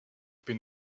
bin